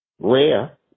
Rare